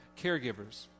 caregivers